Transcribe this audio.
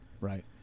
Right